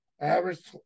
average